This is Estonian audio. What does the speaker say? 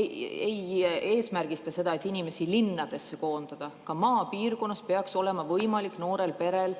ei eesmärgista seda, et inimesi linnadesse koondada. Ka maapiirkonnas peaks olema võimalik noorel perel